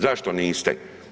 Zašto niste?